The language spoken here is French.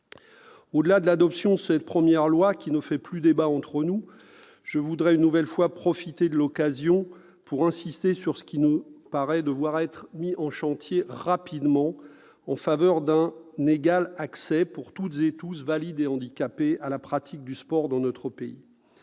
Au-delà de l'adoption de cette première loi, qui ne fait plus débat entre nous, je voudrais une nouvelle fois profiter de l'occasion pour insister sur ce qui nous paraît devoir être mis en chantier rapidement pour un égal accès de toutes et tous, valides et handicapés, à la pratique du sport dans notre pays.